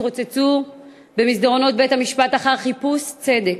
התרוצצו במסדרונות בית-המשפט בחיפוש אחר צדק.